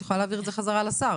את יכולה להעביר את זה חזרה לשר.